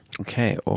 Okay